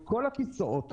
כל הכיסאות,